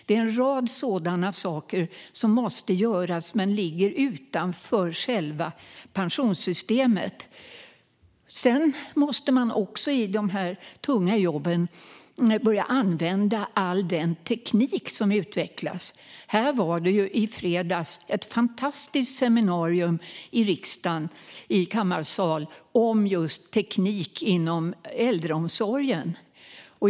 Det finns en rad sådana saker som måste göras men som ligger utanför själva pensionssystemet. När det gäller de tunga jobben måste man börja använda all den teknik som utvecklas. I fredags var det ett fantastiskt seminarium i Förstakammarsalen i riksdagen om just teknik inom äldreomsorgen.